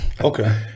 Okay